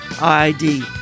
ID